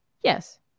Yes